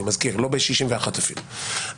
אני מזכיר שהיא ברוב רגיל ואפילו לא ב-61.